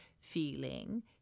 feeling